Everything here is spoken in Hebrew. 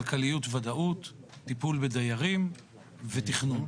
כלכליות, ודאות, טיפול בדיירים ותכנון.